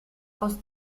aus